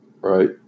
Right